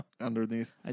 Underneath